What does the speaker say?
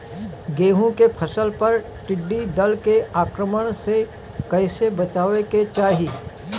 गेहुँ के फसल पर टिड्डी दल के आक्रमण से कईसे बचावे के चाही?